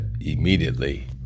immediately